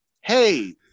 hey –